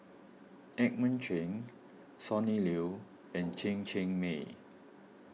Edmund Chen Sonny Liew and Chen Cheng Mei